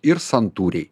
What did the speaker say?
ir santūriai